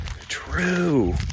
true